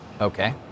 okay